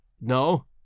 No